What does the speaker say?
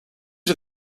are